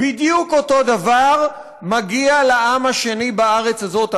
בדיוק אותו דבר מגיע לעם השני בארץ הזאת,